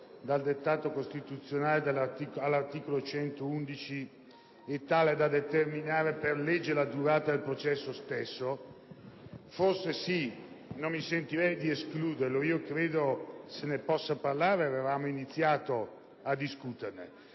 dal dettato costituzionale all'articolo 111 e tale da determinare per legge la durata del processo? Forse sì, non mi sentirei di escluderlo; credo che se ne possa parlare ed avevamo iniziato a discuterne.